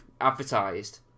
advertised